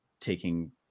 taking